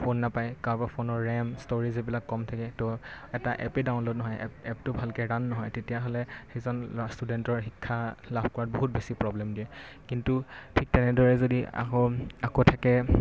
phone নাপায় কাৰোবাৰ ফোনৰ ৰেম ষ্ট'ৰেজ এইবিলাক কম থাকে ত' এটা এপেই ডাউনলোড নহয় এপটো ভালকৈ ৰাণ নহয় তেতিয়াহ'লে সেইজন ষ্টুডেণ্টৰ শিক্ষা লাভ কৰাত বহুত বেছি প্ৰব্লেম দিয়ে কিন্তু ঠিক তেনেদৰে যদি আকৌ আকৌ থাকে